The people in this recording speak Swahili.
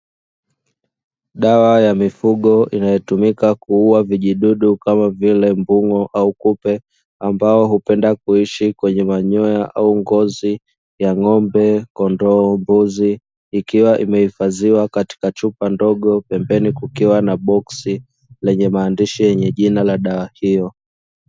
Dawa ya mifugo inayotumika kuuwa vijidudu kama vile mbung’o, au kupe ambao hupenda kuishi kwenye manyoya au ngozi ya ng’ombe, kondoo, mbuzi, ikiwa imehifadhiwa katika chupa ndogo pembeni kukiwa na boksi yenye maandishi lenye jina ya dawa hiyo.